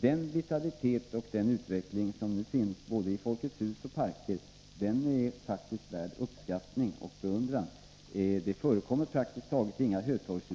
den vitalitet och den utveckling som finns både inom Folkets Hus och Parker faktiskt är värd uppskattning och beundran. Det förekommer praktiskt taget inga Hötorgsutställningar.